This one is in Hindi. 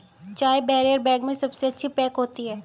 चाय बैरियर बैग में सबसे अच्छी पैक होती है